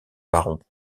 baron